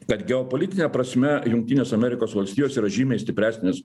kad geopolitine prasme jungtinės amerikos valstijos yra žymiai stipresnės